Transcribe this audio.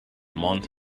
mont